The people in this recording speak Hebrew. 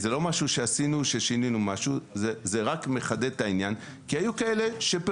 זה לא משהו שעשינו,